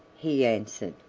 he answered.